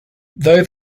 though